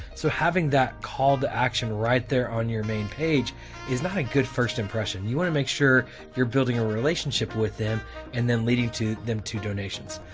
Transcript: so having that call to action right there on your main page is not a good first impression. you want to make sure you're building a relationship with them and then leading to them to donations.